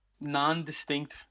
non-distinct